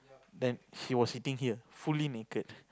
then she was sitting here fully naked